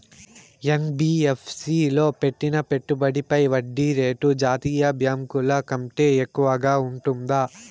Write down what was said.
NBFC లో పెట్టిన పెట్టుబడి పై వడ్డీ రేటు జాతీయ బ్యాంకు ల కంటే ఎక్కువగా ఉంటుందా?